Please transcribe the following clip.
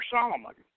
Solomon